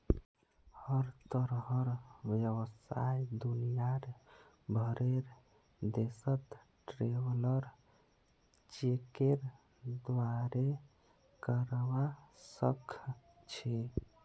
हर तरहर व्यवसाय दुनियार भरेर देशत ट्रैवलर चेकेर द्वारे करवा सख छि